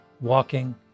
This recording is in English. walking